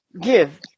give